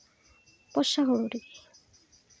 ᱵᱚᱨᱥᱟ ᱦᱩᱲᱩ ᱨᱮᱜᱮ